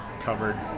covered